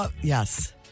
Yes